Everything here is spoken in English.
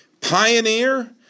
pioneer